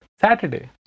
Saturday